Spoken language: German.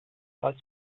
als